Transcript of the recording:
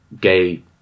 gay